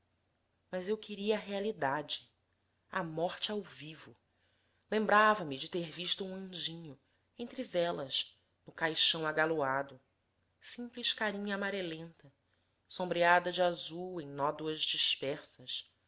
mas eu queria a realidade a morte ao vivo lembrava-me de ter visto um anjinho entre velas no caixão agaloado simples carinha amarelenta sombreada de azul em nódoas dispersas